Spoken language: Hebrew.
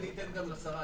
אני אתן גם לשרה.